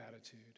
attitude